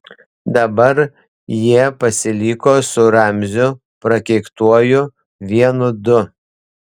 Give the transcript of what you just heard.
dabar jie pasiliko su ramziu prakeiktuoju vienu du